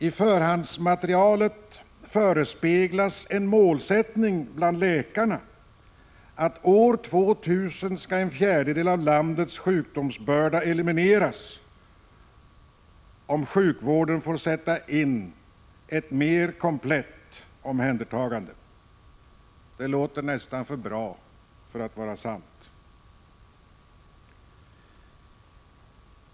I förhandsmaterialet förespeglar läkarna en målsättning: År 2000 skall en fjärdedel av landets sjukdomsbörda vara eliminerad, om sjukvården får göra ett mer komplett omhändertagande. Det låter nästan för bra för att vara sant.